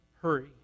hurry